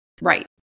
Right